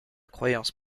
croyance